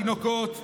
תינוקות,